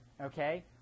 okay